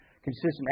Consistent